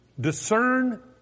discern